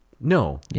no